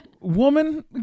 woman